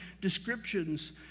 descriptions